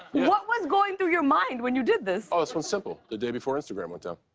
what was going through your mind when you did this? oh, this one's simple the day before instagram went down.